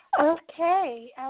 Okay